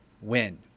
win